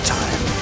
time